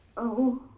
oh